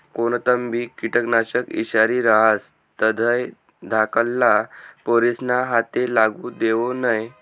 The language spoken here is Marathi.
कोणतंबी किटकनाशक ईषारी रहास तधय धाकल्ला पोरेस्ना हाते लागू देवो नै